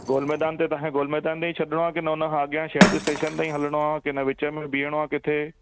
गोल मैदान ते तव्हांजे गोल मैदान में ही छॾणो आहे कीन हुन खां अॻियां शहद स्टेशन ते ई हलणो आहे कीन विच में बीहणो आहे किथे